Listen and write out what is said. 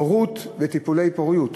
הורות וטיפולי פוריות.